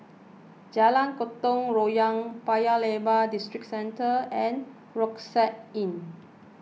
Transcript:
Jalan Gotong Royong Paya Lebar Districentre and Rucksack Inn